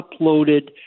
uploaded